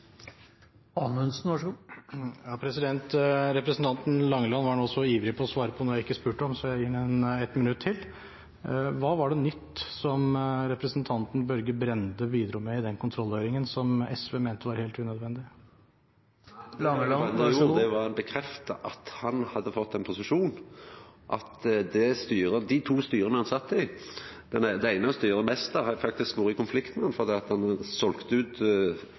Representanten Langeland var nå så ivrig med å svare på noe jeg ikke spurte om, så jeg gir ham 1 minutt til. Hva var det for noe nytt Børge Brende bidro med i den kontrollhøringen, som SV mente var helt unødvendig? Det Børge Brende gjorde, var at han bekrefta at han hadde fått ein posisjon – dei to styra han sat i. Når det gjeld det eine styret, Mesta, har eg faktisk vore i konflikt med han fordi han selde ut asfaltdelen, noko eg var imot. Han